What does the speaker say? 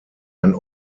ein